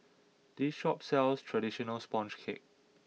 this shop sells traditional Sponge Cake